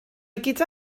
gyda